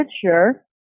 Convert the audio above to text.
sure